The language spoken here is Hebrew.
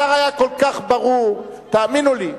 השר היה כל כך ברור, תאמינו לי.